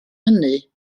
hynny